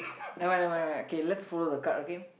never mind never mind never mind okay let's follow the card okay